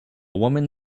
woman